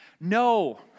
No